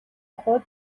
خود